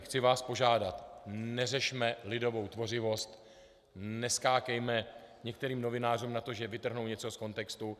Chci vás požádat, neřešme lidovou tvořivost, neskákejme některým novinářům na to, že vytrhnou něco z kontextu.